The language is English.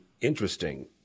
interesting